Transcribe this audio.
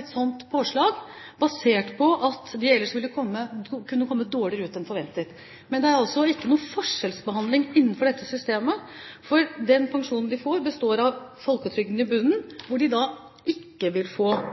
et sånt påslag basert på at de ellers ville kunne komme dårligere ut enn forventet. Men det er ikke noen forskjellsbehandling innenfor dette systemet, for den pensjonen de får, består av folketrygden i bunnen, hvor de da ikke